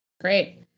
Great